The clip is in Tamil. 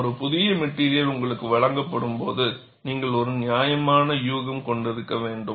ஒரு புதிய மெட்டிரியல் உங்களுக்கு வழங்கப்படும்போது நீங்கள் ஒரு நியாயமான யூகம் கொண்டிருக்க வேண்டும்